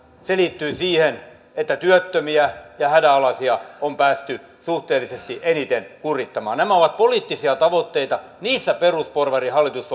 se liittyy siihen että työttömiä ja hädänalaisia on päästy suhteellisesti eniten kurittamaan nämä ovat poliittisia tavoitteita niissä perusporvarihallitus